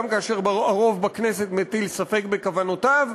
גם כאשר הרוב בכנסת מטיל ספק בכוונותיו,